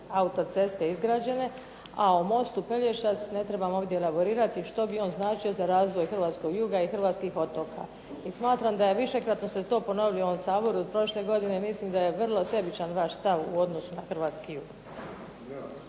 autoceste izgrađene, a o mostu Pelješac ne trebam ovdje elaborirati što bi on značio za razvoj hrvatskog juga i hrvatskih otoka. I smatram da je, višekratno ste to ponovili u ovom Saboru od prošle godine, mislim da je vrlo sebičan vaš stav u odnosu na hrvatski jug.